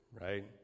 Right